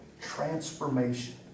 Transformation